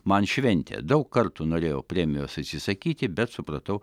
man šventę daug kartų norėjau premijos atsisakyti bet supratau